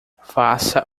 faça